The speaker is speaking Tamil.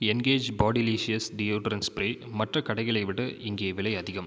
எங்கேஜ் பாடிலிஷியஸ் டியோடரன்ட் ஸ்ப்ரே மற்ற கடைகளை விட இங்கே விலை அதிகம்